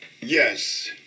Yes